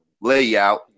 layout